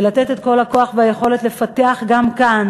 ולתת את כל הכוח והיכולת לפתח גם כאן